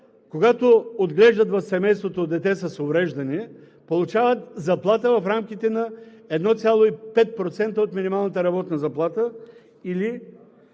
когато отглеждат в семейството дете с увреждания, получават заплата в рамките на 1,5% от минималната работна заплата, или